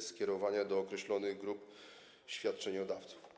skierowania ich do określonych grup świadczeniodawców.